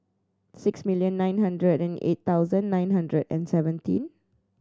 six million nine hundred and eight thousand nine hundred and seventy